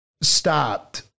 stopped